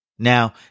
Now